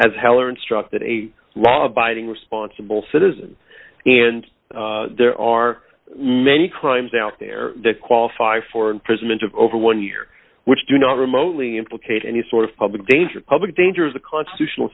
as heller instructed a law abiding responsible citizen and there are many crimes out there that qualify for imprisonment of over one year which do not remotely implicate any sort of public danger public danger is the constitutional